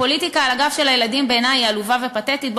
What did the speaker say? הפוליטיקה על הגב של הילדים היא עלובה ופתטית בעיני.